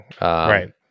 right